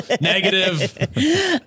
negative